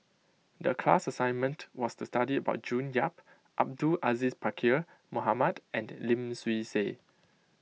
the class assignment was to study about June Yap Abdul Aziz Pakkeer Mohamed and Lim Swee Say